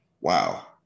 wow